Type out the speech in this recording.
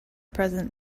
present